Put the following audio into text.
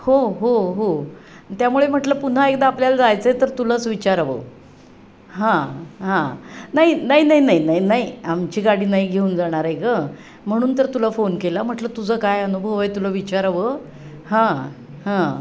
हो हो हो त्यामुळे म्हटलं पुन्हा एकदा आपल्याला जायचं आहे तर तुलाच विचारावं हां हां नाही नाही नाही नाही नाही नाही आमची गाडी नाही घेऊन जाणार आहे ग म्हणून तर तुला फोन केला म्हटलं तुझं काय अनुभव आहे तुला विचारावं हां हां